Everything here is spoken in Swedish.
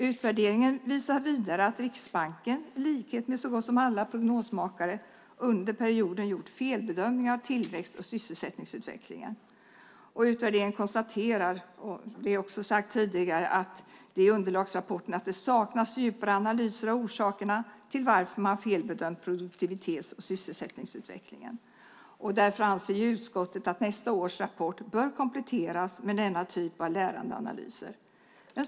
Utvärderingen visar vidare att Riksbanken, i likhet med så gott som alla prognosmakare, under perioden gjort felbedömningar av tillväxt och sysselsättningsutvecklingen. Utskottet konstaterar, vilket också sagts tidigare, att det i underlagsrapporten saknas djupare analyser av orsakerna till att man felbedömt produktivitets och sysselsättningsutvecklingen. Utskottet anser därför att nästa års rapport bör kompletteras med denna typ av lärande analyser.